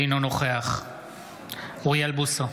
אינו נוכח אוריאל בוסו,